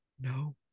No